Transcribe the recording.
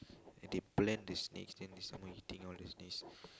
they blend the snakes then they some more eating all this nest